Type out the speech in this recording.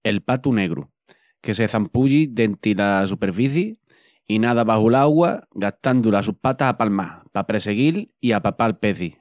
El patu negru, que se çampulli denti la superficii i nada baxu l'agua gastandu las sus patas apalmás pa presseguil i apapal pecis.